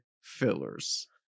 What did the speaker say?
fillers